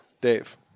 Dave